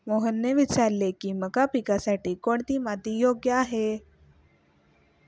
मोहनने विचारले की मका पिकासाठी कोणती माती योग्य आहे?